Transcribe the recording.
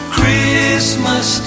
Christmas